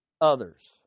others